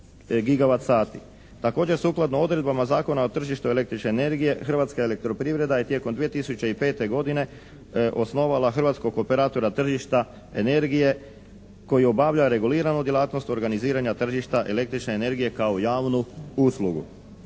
Također sukladno odredbama Zakona o tržištu električne energije hrvatska elektroprivreda je tijekom 2005. godine osnovala hrvatskog koperatora tržišta energije koji obavlja reguliranu djelatnost organiziranja tržišta električne energije kao javnu uslugu.